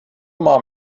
mám